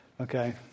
Okay